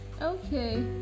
okay